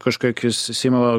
kažkokius seimo